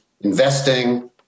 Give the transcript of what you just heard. investing